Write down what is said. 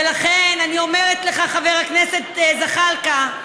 ולכן אני אומרת לך, חבר הכנסת זחאלקה,